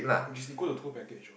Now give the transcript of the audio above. which is equal to tour package what